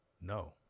no